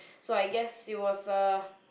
so I guess it was a